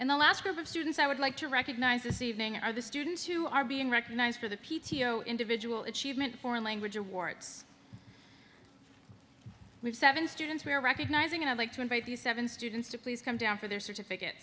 and the last group of students i would like to recognize this evening are the students who are being recognized for the p t o individual achievement foreign language awards which seven students are recognizing and i'd like to invite the seven students to please come down for their certificate